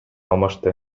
алмашты